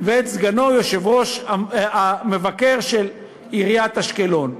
ואת סגנו, המבקר של עיריית אשקלון.